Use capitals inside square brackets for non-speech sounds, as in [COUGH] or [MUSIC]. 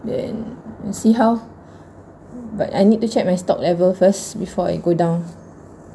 then see how [BREATH] but I need to check my stock level first before I go down